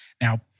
now